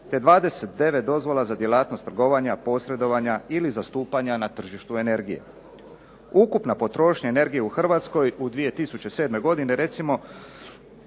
te 29 dozvola za djelatnost trgovanja, posredovanja ili zastupanja na tržištu energije. Ukupna potrošnja energije u Hrvatskoj u 2007. godini recimo